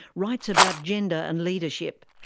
writes about gender and leadership.